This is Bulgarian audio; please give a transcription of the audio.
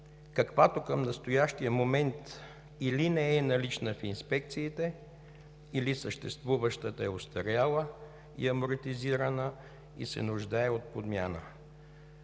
каквато към настоящия момент или не е налична в инспекциите, или съществуващата е остаряла, амортизирана е и се нуждае от подмяна.